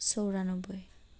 চৌৰানব্বৈ